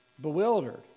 bewildered